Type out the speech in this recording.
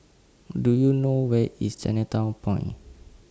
Do YOU know Where IS Chinatown Point